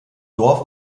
dorf